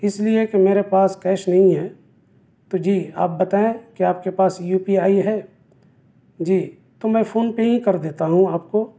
اس لیے کہ میرے پاس کیش نہیں ہے تو جی آپ بتائیں کیا آپ کے پاس یو پی آئی ہے جی تو میں فون پے ہی کر دیتا ہوں آپ کو